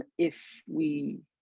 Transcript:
ah if we